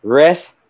rest